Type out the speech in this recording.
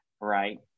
right